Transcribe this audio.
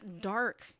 dark